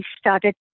started